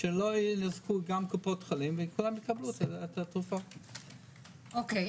אחת התרופות